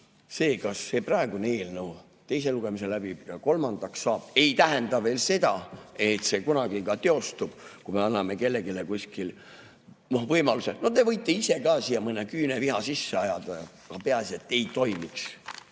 see, kas see praegune eelnõu teise lugemise läbib ja kolmandale [läheb], ei tähenda veel seda, et see kunagi ka teostub, kui me anname kellelegi kuskil võimalused. No te võite ise ka siia mõne küüneviha sisse ajada, aga peaasi, et ei toimiks.